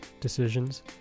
decisions